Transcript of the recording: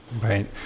Right